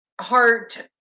heart